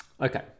okay